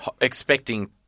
Expecting